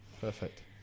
Perfect